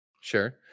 sure